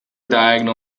diagonal